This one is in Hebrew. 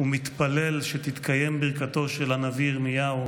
ומתפלל שתתקיים ברכתו של הנביא ירמיהו: